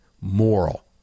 moral